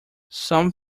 some